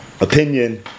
Opinion